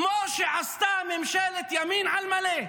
כמו שעשתה ממשלת ימין על מלא,